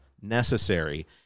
necessary